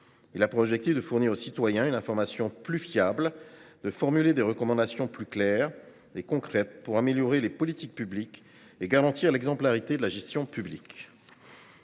qui a pour objectif de fournir aux citoyens une information plus fiable, de formuler des recommandations plus claires et concrètes pour améliorer les politiques publiques et garantir l’exemplarité de la gestion publique.